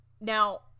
Now